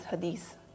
hadith